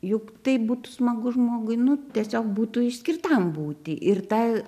juk tai būtų smagu žmogui nu tiesiog būtų išskirtam būti ir ta